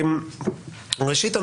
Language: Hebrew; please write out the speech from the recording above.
ראשית,